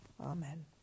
Amen